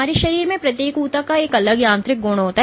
हमारे शरीर में प्रत्येक ऊतक का एक अलग यांत्रिक गुण होता है